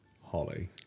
Holly